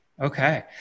Okay